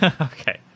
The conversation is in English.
Okay